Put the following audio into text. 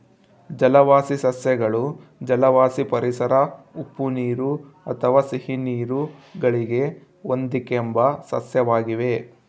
ಜಲವಾಸಿ ಸಸ್ಯಗಳು ಜಲವಾಸಿ ಪರಿಸರ ಉಪ್ಪುನೀರು ಅಥವಾ ಸಿಹಿನೀರು ಗಳಿಗೆ ಹೊಂದಿಕೆಂಬ ಸಸ್ಯವಾಗಿವೆ